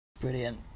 Brilliant